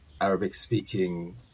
Arabic-speaking